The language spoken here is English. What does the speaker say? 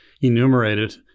enumerated